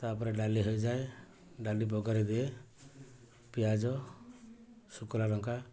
ତାପରେ ଡାଲି ହେଇଯାଏ ଡାଲି ବଘାରି ଦିଏ ପିଆଜ ଶୁଖୁଲା ଲଙ୍କା